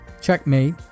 Checkmate